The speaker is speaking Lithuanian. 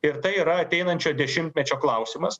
ir tai yra ateinančio dešimtmečio klausimas